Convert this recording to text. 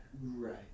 Right